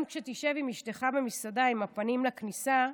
גם כשתשב עם אשתך במסעדה, עם הפנים לכניסה,